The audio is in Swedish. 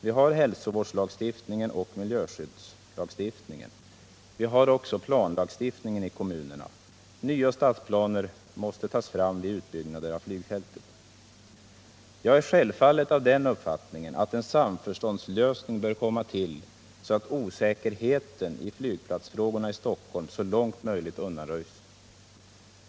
Vi har hälsovårdslagstiftningen och miljöskyddslagstiftningen och vi har också planlagstiftningen i kommunerna att ta hänsyn till. Nya stadsplaner måste tas fram vid utbyggnader av flygfältet. Jag är självfallet av den uppfattningen att en samförståndslösning bör komma till stånd, så att osäkerheten i flygplatsfrågorna i Stockholm så långt som möjligt undanröjs.